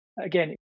again